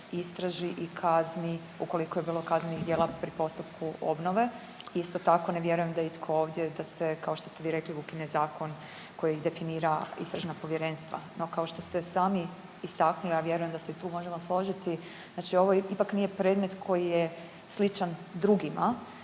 istraži i kazni ukoliko je bilo kaznenih djela pri postupku obnove. Isto tako ne vjerujem da je itko ovdje, da se kao što ste rekli ukine zakon koji definira istražna povjerenstva. No kao što ste sami istaknuli, ja vjerujem da se i tu možemo složiti, znači ovo ipak nije predmet koji je sličan drugima.